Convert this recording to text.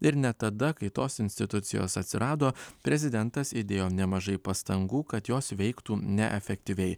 ir net tada kai tos institucijos atsirado prezidentas įdėjo nemažai pastangų kad jos veiktų neefektyviai